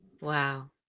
Wow